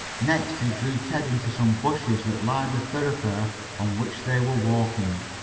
next he drew ted into some bushes that lined the thoroughfare on which they were walking.